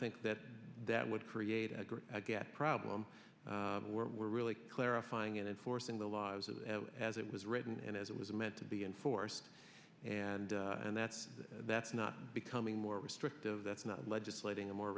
think that that would create a great problem where we're really clarifying and enforcing the laws of it as it was written and as it was meant to be enforced and and that's that's not becoming more restrictive that's not legislating a more